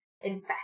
invest